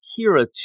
Kira